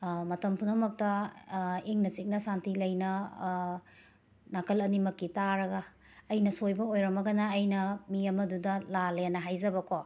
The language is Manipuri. ꯃꯇꯝ ꯄꯨꯝꯅꯃꯛꯇ ꯏꯪꯅ ꯆꯤꯛꯅ ꯁꯥꯟꯇꯤ ꯂꯩꯅ ꯅꯥꯀꯜ ꯑꯅꯤꯃꯛꯀꯤ ꯇꯥꯔꯒ ꯑꯩꯅ ꯁꯣꯏꯕ ꯑꯣꯏꯔꯝꯃꯒꯅ ꯑꯩꯅ ꯃꯤ ꯑꯃꯗꯨꯗ ꯂꯥꯜꯂꯦꯅ ꯍꯥꯏꯖꯕ ꯀꯣ